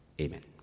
Amen